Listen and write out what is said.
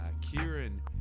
Kieran